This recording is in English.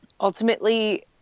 ultimately